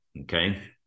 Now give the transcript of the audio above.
Okay